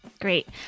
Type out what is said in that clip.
Great